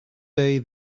day